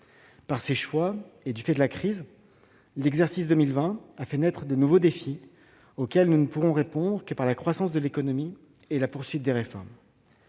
de ces choix imposés par la crise, l'exercice 2020 a fait naître de nouveaux défis, auxquels nous ne pourrons répondre que par la croissance de l'économie et la poursuite des réformes.